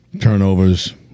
Turnovers